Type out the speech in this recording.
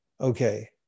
okay